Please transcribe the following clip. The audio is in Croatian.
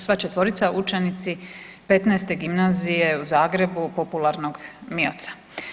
Sva četvorica učenici XV. gimnazije u Zagrebu popularnog MIOC-a.